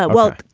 but well,